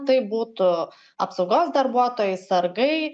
tai būtų apsaugos darbuotojai sargai